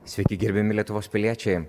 sveiki gerbiami lietuvos piliečiai